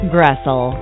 Gressel